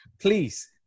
please